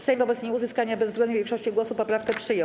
Sejm wobec nieuzyskania bezwzględnej większości głosów poprawkę przyjął.